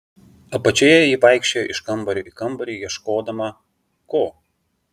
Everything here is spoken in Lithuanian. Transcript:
apačioje ji vaikščiojo iš kambario į kambarį ieškodama ko